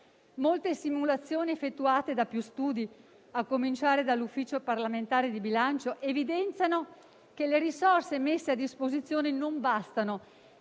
Molte simulazioni effettuate da più studi, a cominciare dall'Ufficio parlamentare di bilancio, evidenziano che le risorse messe a disposizione non bastano